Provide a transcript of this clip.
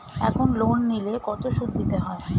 এখন লোন নিলে কত সুদ দিতে হয়?